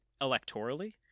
electorally